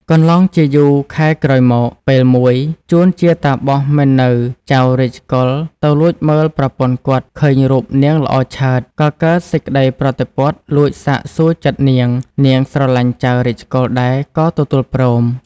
កន្លងជាយូរខែក្រោយមក, ពេលមួយ ចួនជាតាបសមិននៅចៅ រាជកុល ទៅលួចមើលប្រពន្ធគាត់ ឃើញរូប នាងល្អឆើត ក៏កើតសេចក្តីប្រតិព័ទ្ធលួចសាកសួរចិត្តនាងៗ ស្រឡាញ់ចៅ រាជកុល ដែរ ក៏ទទួលព្រម ។